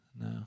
No